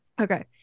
Okay